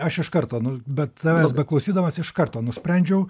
aš iš karto nu be tavęs beklausydamas iš karto nusprendžiau